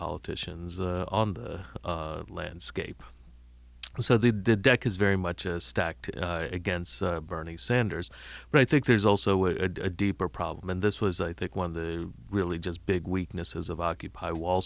politicians on the landscape so they did decades very much as stacked against bernie sanders but i think there's also a deeper problem and this was i think one of the really just big weaknesses of occupy wall